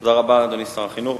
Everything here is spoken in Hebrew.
תודה רבה, אדוני שר החינוך.